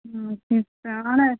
ம் ம் ஆனால்